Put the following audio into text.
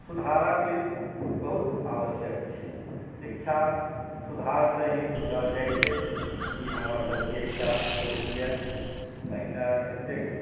सुधारैके बहुत आवश्यकता छै शिक्षा सुधारसँ ही सुधरल जाइत छै ई हमरसभके एकटा सोच यए पहिने एतेक